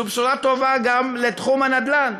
זו בשורה טובה גם לתחום הנדל"ן.